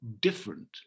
different